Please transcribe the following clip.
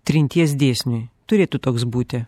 trinties dėsniui turėtų toks būti